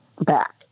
back